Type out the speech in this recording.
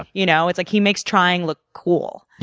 you know it's like he makes trying look cool.